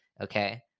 okay